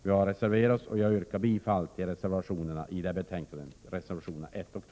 Vi har reserverat oss och jag yrkar bifall till reservationerna 1 och 2 i betänkandet.